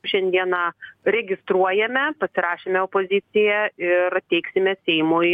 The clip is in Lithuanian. šiandieną registruojame pasirašėme opoziciją ir teiksime seimui